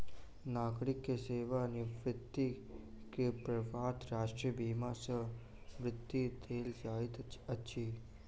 नागरिक के सेवा निवृत्ति के पश्चात राष्ट्रीय बीमा सॅ वृत्ति देल जाइत अछि